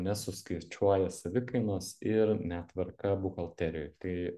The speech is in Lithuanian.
nesuskaičiuoja savikainos ir netvarka buhalterijoj tai